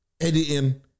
editing